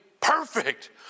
perfect